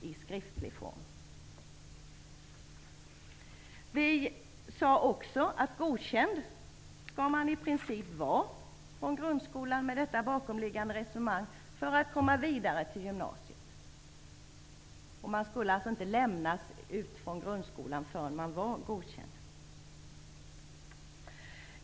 Vi sade också eleverna med detta bakomliggande resonemang i princip skall vara godkända från grundkolan för att komma vidare till gymnasiet. Eleverna skulle inte lämna grundskolan förrän de var godkända.